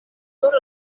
nur